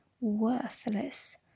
worthless